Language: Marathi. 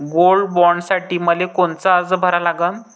गोल्ड बॉण्डसाठी मले कोनचा अर्ज भरा लागन?